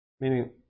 Meaning